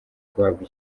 guhabwa